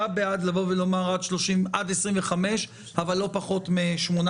אתה בעד לבוא ולומר עד 25 אבל לא פחות מ-18?